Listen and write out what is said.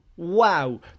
Wow